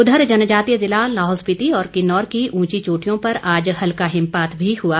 उधर जनजातीय जिला लाहौल स्पिति और किन्नौर की उंची चोटियों पर आज हल्का हिमपात भी हुआ